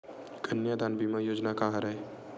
कन्यादान बीमा योजना का हरय?